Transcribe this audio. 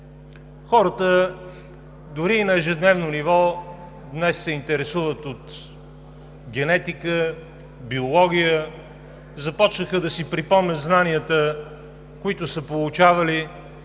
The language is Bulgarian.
Хората, дори и на ежедневно ниво, днес се интересуват от генетика, биология, започнаха да си припомнят знанията, които са получавали,